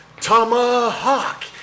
Tomahawk